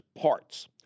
parts